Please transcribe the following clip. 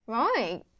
Right